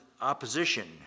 opposition